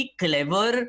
clever